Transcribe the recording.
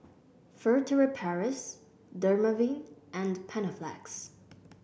Furtere Paris Dermaveen and Panaflex